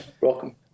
Welcome